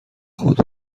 خود